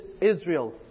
Israel